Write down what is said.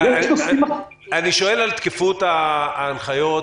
אני שואל על תקפות ההנחיות.